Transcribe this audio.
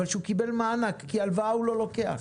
אבל הוא קיבל מענק כי הלוואה הוא לא לוקח.